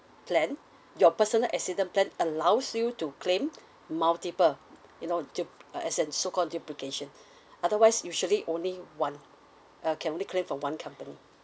plan your personal accident plan allows you to claim multiple you know to uh as in so called duplication otherwise usually only one uh can only claim from one company